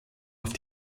auf